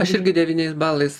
aš irgi devyniais balais